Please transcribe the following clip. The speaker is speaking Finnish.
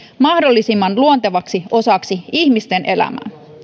mahdollisimman luontevaksi osaksi ihmisten elämää